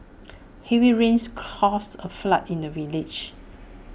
heavy rains caused A flood in the village